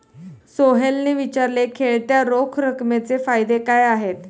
सोहेलने विचारले, खेळत्या रोख रकमेचे फायदे काय आहेत?